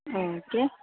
okay